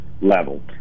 level